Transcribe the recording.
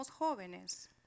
jóvenes